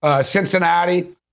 Cincinnati—